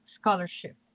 scholarship